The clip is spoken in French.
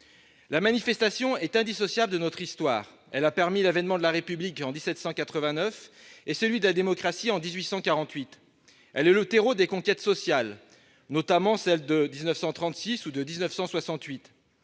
La manifestation est indissociable de notre histoire. Elle a permis l'avènement de la République en 1789 et celui de la démocratie en 1848. Elle est le terreau des conquêtes sociales, notamment celles de 1936 ou de 1968.